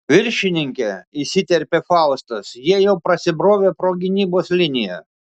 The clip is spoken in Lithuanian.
viršininke įsiterpė faustas jie jau prasibrovė pro gynybos liniją